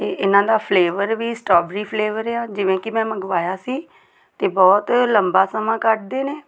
ਅਤੇ ਇਹਨਾਂ ਦਾ ਫਲੇਵਰ ਵੀ ਸਟੋਬੇਰੀ ਫਲੇਵਰ ਆ ਜਿਵੇਂ ਕਿ ਮੈਂ ਮੰਗਵਾਇਆ ਸੀ ਅਤੇ ਬਹੁਤ ਲੰਬਾ ਸਮਾਂ ਕੱਢਦੇ ਨੇ